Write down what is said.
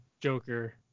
Joker